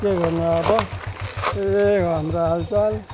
के गर्नु अब यही हो हाम्रो हालचाल